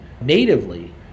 natively